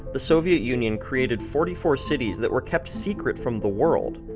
the soviet union created forty four cities that were kept secret from the world.